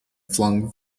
flung